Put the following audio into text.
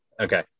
Okay